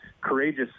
courageous